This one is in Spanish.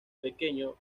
pequeño